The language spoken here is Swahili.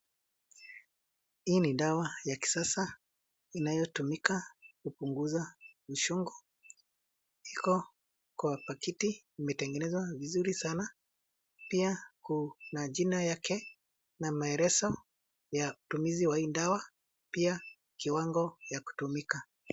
Hii ni dawa ya kisasa inayotumika kupunguza uchungu. Iko wa pakiti imetengenezwa vizuri sana, pia kuna jina yake na maelezo ya utumizi wa hii dawa pia kiwango ya kutumika.